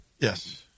yes